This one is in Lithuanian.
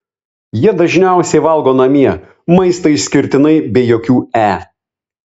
jie dažniausiai valgo namie maistą išskirtinai be jokių e